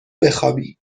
بخوابی